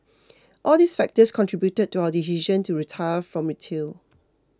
all these factors contributed to our decision to retire from retail